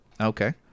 Okay